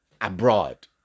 abroad